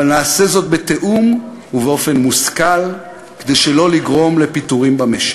אבל נעשה זאת בתיאום ובאופן מושכל כדי שלא לגרום לפיטורים במשק.